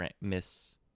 Miss